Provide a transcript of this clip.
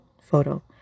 Photo